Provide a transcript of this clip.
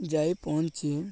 ଯାଇ ପହଞ୍ଚି